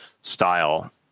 style